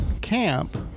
camp